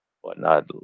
whatnot